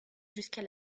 jusqu’à